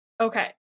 Okay